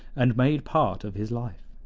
and made part of his life.